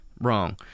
wrong